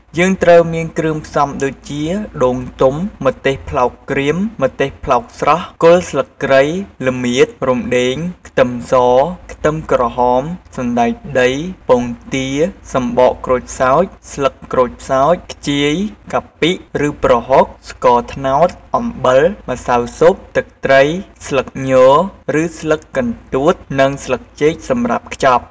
យើងត្រូវមានគ្រឿងផ្សំដូចជា ដូងទុំ ម្ទេសប្លោកក្រៀម ម្ទេសប្លោកស្រស់ គល់ស្លឹកគ្រៃ ល្មៀត រំដេង ខ្ទឹមស ខ្ទឹមក្រហម សណ្តែកដី ពងទា សំបកក្រូចសើច ស្លឹកក្រូចសើច ខ្ជាយ កាពិ ឬ ប្រហុក ស្ករត្នោត អំបិល ម្សៅស៊ុប ទឹកត្រី ស្លឹកញ ឬស្លឹកកន្ទួត និង ស្លឹកចេកសម្រាប់ខ្ចប់។